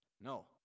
No